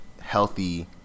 healthy